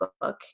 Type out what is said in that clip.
book